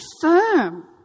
firm